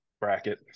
bracket